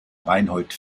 reinhold